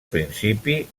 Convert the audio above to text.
principi